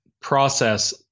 process